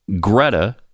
Greta